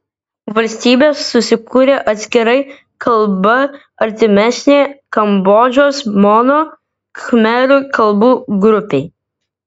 valstybė susikūrė atskirai kalba artimesnė kambodžos mono khmerų kalbų grupei